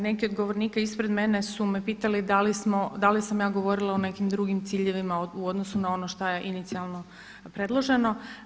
Neki od govornika ispred mene su me pitali da li sam ja govorila o nekim drugim ciljevima u odnosu na ono što je inicijalno predloženo.